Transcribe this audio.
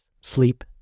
Sleep